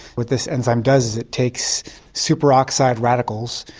what this enzyme does it takes super oxide radicals.